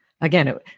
Again